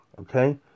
Okay